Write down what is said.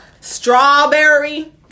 Strawberry